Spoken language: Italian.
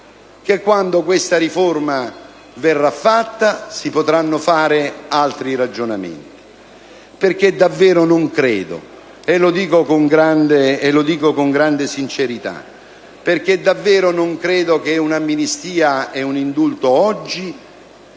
che quando questa riforma verrà fatta si potranno fare altri ragionamenti. Davvero non credo - e lo dico con grande sincerità - che un'amnistia ed un indulto oggi,